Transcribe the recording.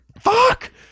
fuck